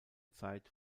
zeit